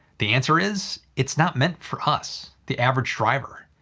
the answer is, it's not meant for us, the average driver.